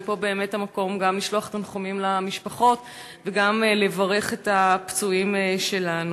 ופה באמת המקום גם לשלוח תנחומים למשפחות וגם לברך את הפצועים שלנו.